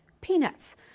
Peanuts